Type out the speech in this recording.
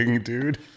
dude